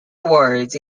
awards